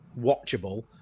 watchable